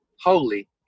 holy